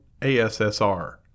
ASSR